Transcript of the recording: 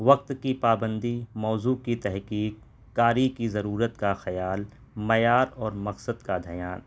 وقت کی پابندی موضوع کی تحقیق قاری کی ضرورت کا خیال معیار اور مقصد کا دھیان